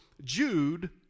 Jude